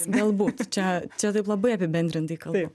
galbūt čia čia taip labai apibendrintai kalbu